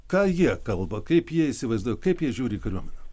ką jie kalba kaip jie įsivaizduoja kaip jie žiūri į kariuomenę